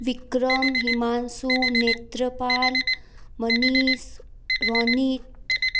Vikram Himanshu Netrapal Manish Ronit